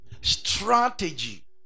strategy